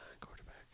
quarterback